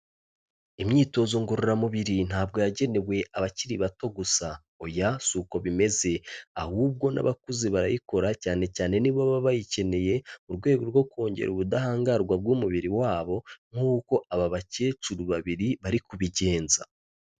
Imyitozo ngororamubiri ntabwo yagenewe abakiri bato gusa, oya si uko bimeze, ahubwo n'abakuze barayikora cyane cyane ni bo baba bayikeneye mu rwego rwo kongera ubudahangarwa bw'umubiri wabo nk'uko aba bakecuru babiri bari kubigenza.